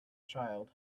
child